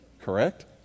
Correct